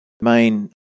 main